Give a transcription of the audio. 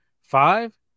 five